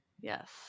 yes